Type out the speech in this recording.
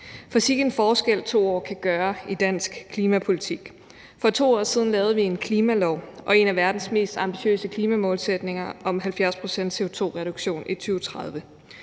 For sikke en forskel 2 år kan gøre i dansk klimapolitik. For 2 år siden lavede vi en klimalov og en af verdens mest ambitiøse klimamålsætninger om en reduktion i CO2